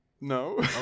No